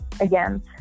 again